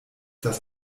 das